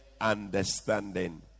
understanding